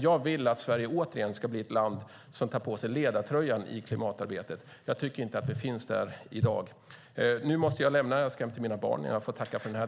Jag vill att Sverige återigen ska bli ett land som tar på sig ledartröjan i klimatarbetet. Jag tycker inte att det finns där i dag. Nu måste jag lämna debatten. Jag ska hem till mina barn. Jag tackar för